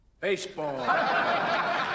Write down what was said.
baseball